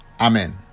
Amen